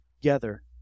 together